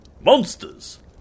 Monsters